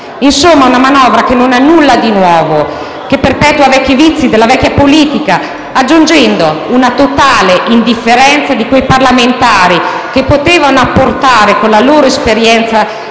Insomma, una manovra che non ha nulla di nuovo, che perpetua antichi vizi della vecchia politica, aggiungendo una totale indifferenza nei confronti di quei parlamentari che potevano apportare, con la loro esperienza